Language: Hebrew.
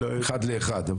אחד לאחד.